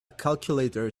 calculator